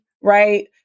Right